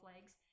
legs